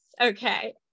okay